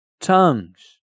tongues